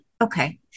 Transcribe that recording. Okay